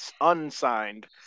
unsigned